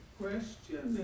question